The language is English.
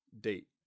Date